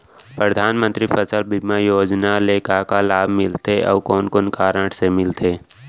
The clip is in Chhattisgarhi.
परधानमंतरी फसल बीमा योजना ले का का लाभ मिलथे अऊ कोन कोन कारण से मिलथे?